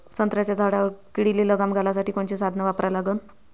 संत्र्याच्या झाडावर किडीले लगाम घालासाठी कोनचे साधनं वापरा लागन?